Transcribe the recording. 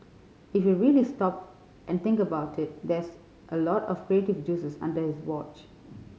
if you really stop and think about it that's a lot of creative juices under his watch